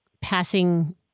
passing